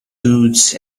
goods